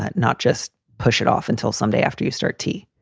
not not just push it off until sunday after you start t.